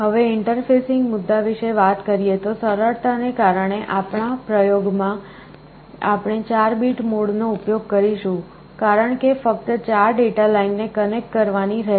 હવે ઇન્ટરફેસિંગ મુદ્દા વિશે વાત કરીએ તો સરળતા ને કારણે આપણા પ્રયોગોમાં આપણે 4 બીટ મોડનો ઉપયોગ કરીશું કારણ કે ફક્ત 4 ડેટા લાઇન ને કનેક્ટ કરવાની રહેશે